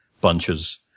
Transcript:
bunches